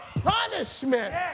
punishment